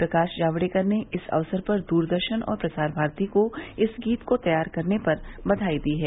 प्रकाश जावड़ेकर ने इस अवसर पर दूरदर्शन और प्रसार भारती को इस गीत को तैयार करने पर बधाई दी है